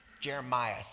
Jeremiah